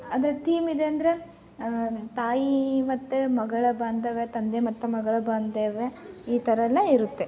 ಅಂದರೆ ಥೀಮ್ ಇದೆ ಅಂದರೆ ತಾಯಿ ಮತ್ತು ಮಗಳ ಬಾಂಧವ್ಯ ತಂದೆ ಮತ್ತು ಮಗಳ ಬಾಂಧವ್ಯ ಈ ಥರ ಎಲ್ಲ ಇರುತ್ತೆ